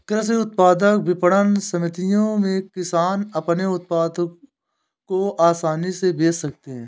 कृषि उत्पाद विपणन समितियों में किसान अपने उत्पादों को आसानी से बेच सकते हैं